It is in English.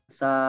sa